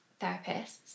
therapists